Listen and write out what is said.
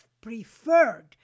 preferred